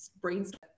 brainstorm